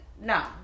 no